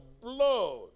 blood